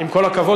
עם כל הכבוד,